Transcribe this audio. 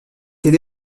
été